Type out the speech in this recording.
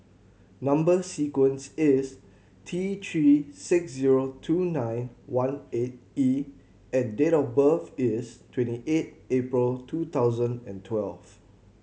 number sequence is T Three six zero two nine one eight E and date of birth is twenty eight April two thousand and twelve